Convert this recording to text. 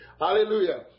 Hallelujah